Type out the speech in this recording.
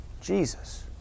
Jesus